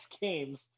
games